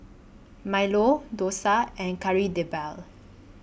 Milo Dosa and Kari Debal